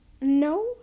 no